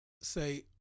say